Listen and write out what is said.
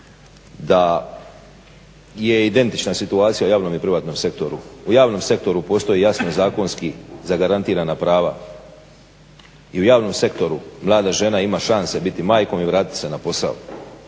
da je identična situacija u javnom i privatnom sektoru. U javnom sektoru postoji jasno zakonski zagarantirana prava. I u javnom sektoru mlada žena ima šanse biti majkom i vratiti se na posao.